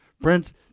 Friends